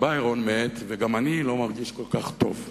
ביירון מת וגם אני לא מרגיש כל כך טוב".